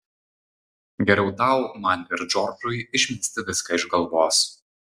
geriau tau man ir džordžui išmesti viską iš galvos